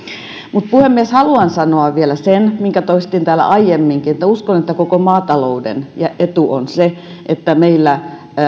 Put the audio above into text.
mutta puhemies haluan sanoa vielä sen minkä toistin täällä aiemminkin että uskon että koko maatalouden etu on se että meillä